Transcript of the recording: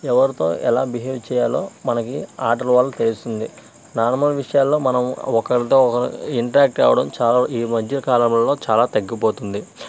ఎవరితో ఎలా బిహేవ్ చేయాలో మనకి ఆటల వల్ల తెలుస్తుంది నార్మల్ విషయాల్లో మనము ఒకరితో ఒకరు ఇంటరాక్ట్ అవ్వడం చాలా ఈ మధ్యకాలంలో చాలా తగ్గిపోతుంది